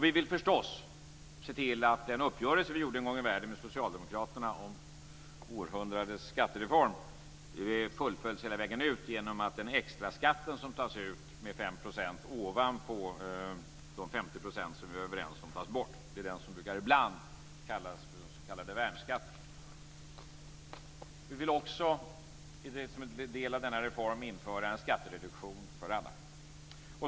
Vi vill förstås se till att den uppgörelse vi gjorde en gång i världen med socialdemokraterna om "århundradets skattereform" fullföljs hela vägen ut genom att den extra skatt som tas ut med 5 % ovanpå de 50 % vi var överens om tas bort. Det är den som ibland kallas för den s.k. värnskatten. Vi vill också som en del i denna reform införa en skattereduktion för alla.